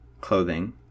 clothing